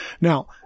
Now